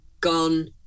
gone